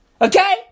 Okay